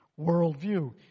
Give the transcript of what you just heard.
worldview